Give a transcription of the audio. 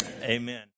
Amen